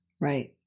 Right